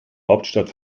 hauptstadt